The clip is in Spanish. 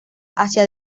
hacia